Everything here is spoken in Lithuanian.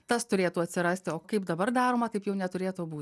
tas turėtų atsirasti o kaip dabar daroma taip jau neturėtų būti